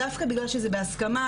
דווקא בגלל שזה בהסכמה,